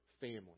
family